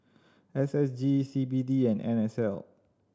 S S G C B D and N S L